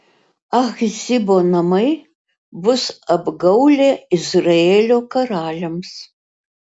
achzibo namai bus apgaulė izraelio karaliams